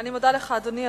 אני מודה לך, אדוני.